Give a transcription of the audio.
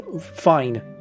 fine